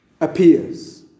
appears